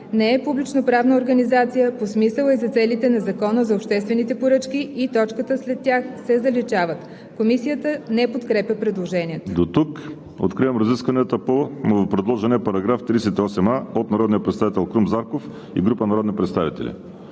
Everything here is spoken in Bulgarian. не е „публичноправна организация“ по смисъла и за целите на Закона за обществените поръчки“ и точката след тях се заличават.“ Комисията не подкрепя предложението. ПРЕДСЕДАТЕЛ ВАЛЕРИ СИМЕОНОВ: Откривам разискванията по новопредложения § 38а от народния представител Крум Зарков и група народни представители.